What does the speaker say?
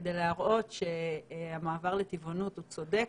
כדי להראות שהמעבר לטבעונות הוא צודק,